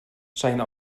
zijn